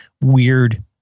weird